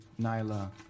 Nyla